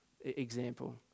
example